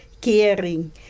caring